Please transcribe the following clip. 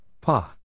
Pa